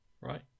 right